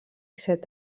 set